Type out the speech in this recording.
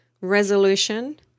resolution